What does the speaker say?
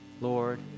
Lord